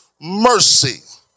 mercy